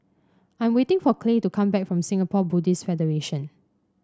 I'm waiting for Clay to come back from Singapore Buddhist Federation